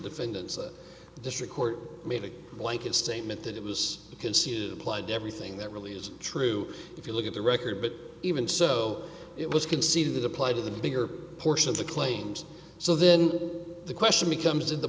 defendants a district court made a blanket statement that it was because he is applied to everything that really is true if you look at the record but even so it was can see that applied to the bigger portion of the claims so then the question becomes in